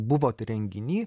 buvot renginy